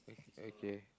okay